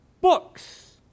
books